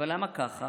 אבל למה ככה?